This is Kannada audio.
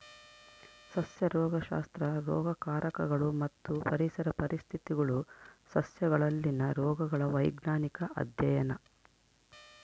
ಸಸ್ಯ ರೋಗಶಾಸ್ತ್ರ ರೋಗಕಾರಕಗಳು ಮತ್ತು ಪರಿಸರ ಪರಿಸ್ಥಿತಿಗುಳು ಸಸ್ಯಗಳಲ್ಲಿನ ರೋಗಗಳ ವೈಜ್ಞಾನಿಕ ಅಧ್ಯಯನ